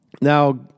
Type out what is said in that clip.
now